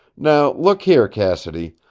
now, look here, cassidy!